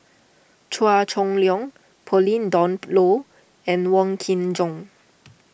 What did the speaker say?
Chua Chong Long Pauline Dawn Loh and Wong Kin Jong